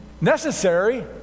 necessary